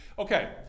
Okay